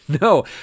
no